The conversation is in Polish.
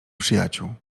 przyjaciół